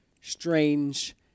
strange